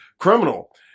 criminal